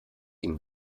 ihm